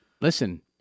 listen